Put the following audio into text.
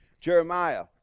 Jeremiah